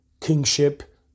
kingship